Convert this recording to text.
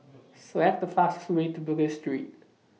Select The fastest Way to Bugis Street